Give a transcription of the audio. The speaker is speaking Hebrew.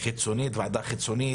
ועדה חיצונית,